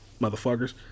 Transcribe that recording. motherfuckers